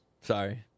Sorry